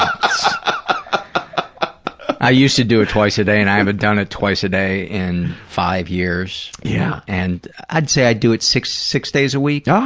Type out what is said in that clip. i ah i used to do it twice a day and i haven't done it twice a day in five years. yeah. and i'd say i do it six six days a week, ah